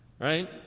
Right